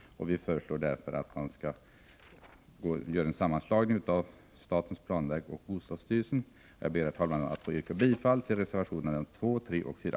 Vi föreslår därför en sammanslagning av statens planverk och bostadsstyrelsen. Jag ber, herr talman, att få yrka bifall till reservationerna 2, 3 och 4.